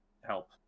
help